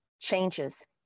changes